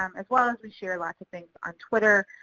um as well as we share lots of things on twitter,